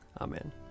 Amen